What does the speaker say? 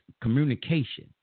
communication